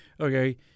Okay